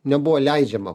nebuvo leidžiama